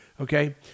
Okay